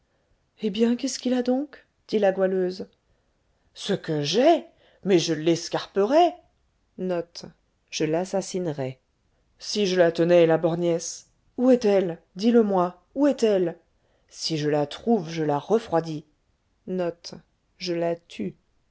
eh bien qu'est-ce qu'il a donc dit la goualeuse ce que j'ai mais je l'escarperais si je la tenais la borgnesse où est-elle dis-le moi où est-elle si je la trouve je la refroidis